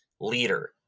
leader